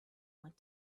went